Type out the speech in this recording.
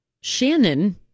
Shannon